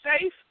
safe